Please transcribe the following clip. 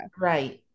Right